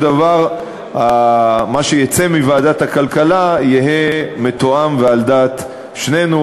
דבר מה שיצא מוועדת הכלכלה יהא מתואם ועל דעת שנינו,